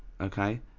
Okay